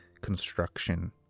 construction